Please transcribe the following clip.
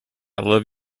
love